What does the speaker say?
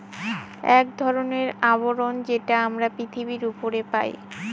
এক ধরনের আবরণ যেটা আমরা পৃথিবীর উপরে পাই